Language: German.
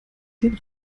den